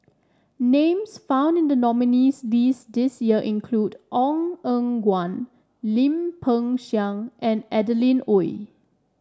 names found in the nominees' list this year include Ong Eng Guan Lim Peng Siang and Adeline Ooi